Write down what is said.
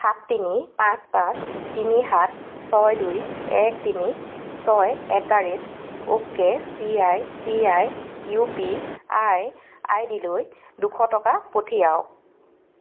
সাত তিনি পাঁচ পাঁচ তিনি সাত ছয় দুই এক তিনি ছয় at the rate okay C I C I U P I ID লৈ দুশ টকা পঠিৱাওক